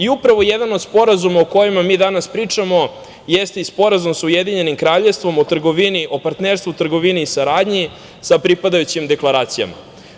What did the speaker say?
Upravo jedan od sporazuma o kojima mi danas pričamo jeste i sporazum sa Ujedinjenim Kraljevstvom o trgovini, o partnerstvu u trgovini i saradnji sa pripadajućim deklaracijama.